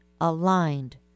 aligned